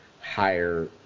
higher